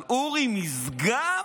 אבל אורי משגב?